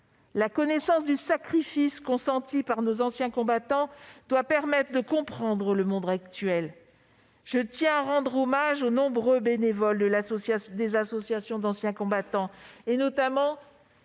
La connaissance du sacrifice consenti par nos anciens combattants doit permettre de comprendre le monde actuel. Je tiens à rendre hommage aux nombreux bénévoles des associations d'anciens combattants, notamment